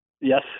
Yes